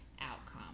outcome